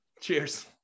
Cheers